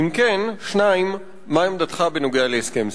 2. אם כן, מה היא עמדתך בנוגע להסכם זה?